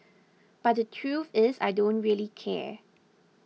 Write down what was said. but the truth is I don't really care